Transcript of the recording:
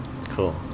Cool